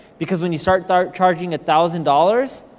because when you start start charging a thousand dollars,